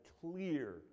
clear